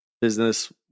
business